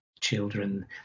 children